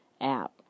app